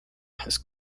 his